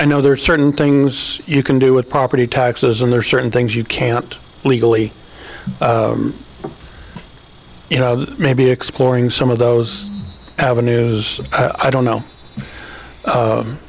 i know there are certain things you can do with property taxes and there are certain things you can't legally you know may be exploring some of those avenues i don't know